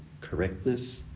correctness